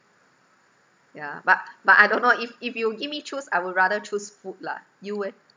yeah but but I don't know if if you give me choose I would rather choose food lah you eh